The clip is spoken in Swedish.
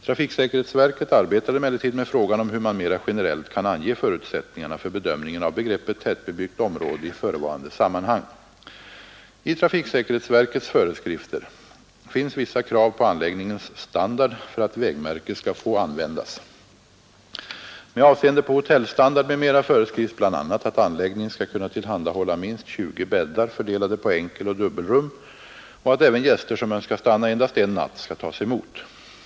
Trafiksäkerhetsverket arbetar emellertid med frågan om hur man mera generellt kan ange förutsättningarna för bedömningen av begreppet tättbebyggt område i förevarande sammanhang. I trafiksäkerhetsverkets föreskrifter finns vissa krav på anläggningens standard för att vägmärke skall få användas. Med avseende på hotellstandard m.m. föreskrivs bl.a. att anläggningen skall kunna tillhandahålla minst 20 bäddar, fördelade på enkeloch dubbelrum, och att även gäster som önskar stanna endast en natt skall tas emot.